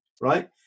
right